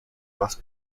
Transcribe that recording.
más